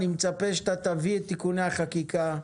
אני מצפה שאתה תביא את תיקוני החקיקה.